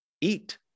Eat